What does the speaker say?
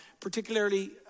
particularly